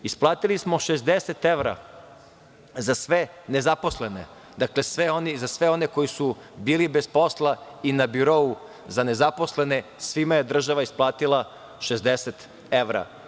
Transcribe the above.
Isplatili smo 60 evra za sve nezaposlene, dakle za sve one koji su bili bez posla i na birou za nezaposlene, svima je država isplatila 60 evra.